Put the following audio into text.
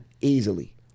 easily